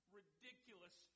ridiculous